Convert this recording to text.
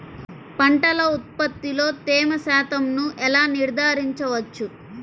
పంటల ఉత్పత్తిలో తేమ శాతంను ఎలా నిర్ధారించవచ్చు?